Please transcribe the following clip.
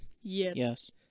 Yes